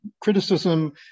criticism